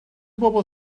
bobl